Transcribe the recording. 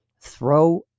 throw